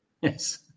yes